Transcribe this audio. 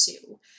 two